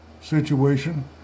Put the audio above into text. situation